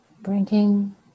Bringing